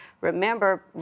remember